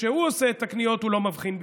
שכשהוא עושה את הקניות הוא לא מבחין בזה.